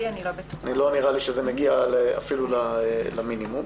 נראה לי שזה אפילו לא מגיע למינימום.